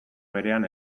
berean